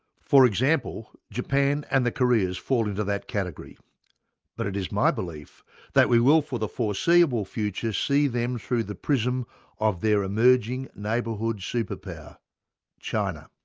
for example, japan and the koreas fall into that category but it is my belief that we will for the foreseeable future see them through the prism of their emerging neighbourhood superpower china.